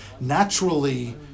naturally